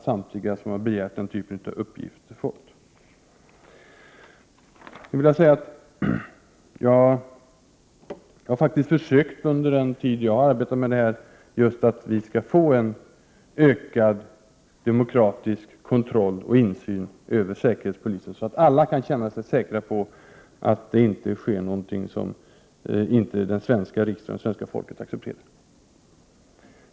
Samtliga som har begärt den typen av uppgifter har fått ett brev. Jag har faktiskt försökt, under den tid jag har arbetat med detta, att se till att vi skall få en ökad demokratisk insyn och kontroll över säkerhetspolisen, så att alla kan känna sig säkra på att det inte sker någonting som inte den svenska riksdagen eller det svenska folket accepterar.